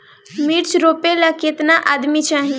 मिर्च रोपेला केतना आदमी चाही?